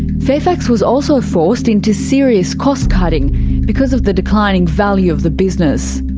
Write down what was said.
fairfax was also forced into serious cost cutting because of the declining value of the business.